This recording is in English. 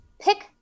pick